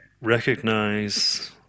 recognize